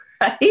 right